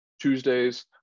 tuesdays